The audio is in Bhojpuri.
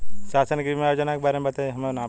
शासन के बीमा योजना के बारे में बताईं?